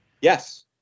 Yes